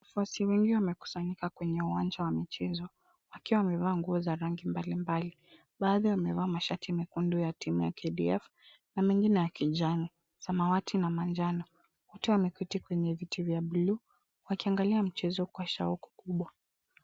Wafuasi wengi wamekusanyika kwenye uwanja wa michezo wakiwa wamevaa nguo za rangi mbali mbali. Baadhi wamevaa mashati mekundu ya timu ya KDF namengine ya kijani, samawati na kijani. Wengine wameketi kwenye viti vya buluu wakiangalia michezo kwa shauku kubwa.